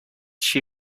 she